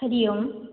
हरिः ओम्